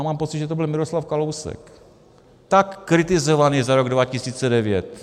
Mám pocit, že to byl Miroslav Kalousek, tak kritizovaný za rok 2009.